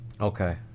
Okay